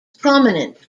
prominent